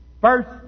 First